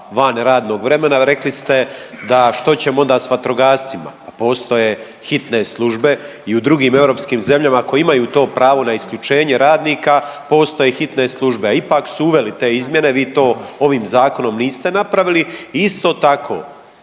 van radnog vremena, rekli ste da što ćemo onda s vatrogascima, pa postoje hitne službe i u drugim europskim zemljama koje imaju to pravo na isključene radnika, postoje hitne službe, a ipak su uveli te izmjene. Vi to ovim Zakonom niste napravili i isto tako,